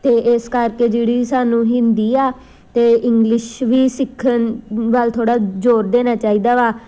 ਅਤੇ ਇਸ ਕਰਕੇ ਜਿਹੜੀ ਸਾਨੂੰ ਹਿੰਦੀ ਆ ਅਤੇ ਇੰਗਲਿਸ਼ ਵੀ ਸਿੱਖਣ ਵੱਲ ਥੋੜ੍ਹਾ ਜੋਰ ਦੇਣਾ ਚਾਹੀਦਾ ਵਾ